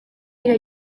dira